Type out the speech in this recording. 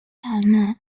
palmer